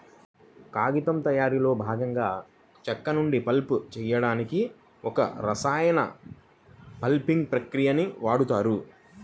కాగితం తయారీలో భాగంగా చెక్క నుండి పల్ప్ చేయడానికి ఒక రసాయన పల్పింగ్ ప్రక్రియని వాడుతారు